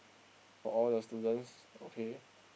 for all the students okay